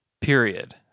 Period